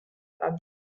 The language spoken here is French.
femme